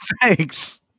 thanks